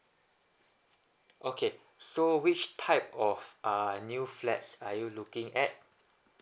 okay so which type of uh new flats are you looking at